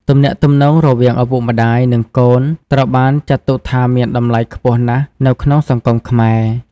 ទំនាក់ទំនងរវាងឪពុកម្តាយ និងកូន ត្រូវបានចាត់ទុកថាមានតម្លៃខ្ពស់ណាស់នៅក្នុងសង្គមខ្មែរ។